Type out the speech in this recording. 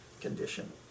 condition